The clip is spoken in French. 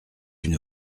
une